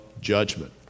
judgment